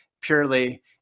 purely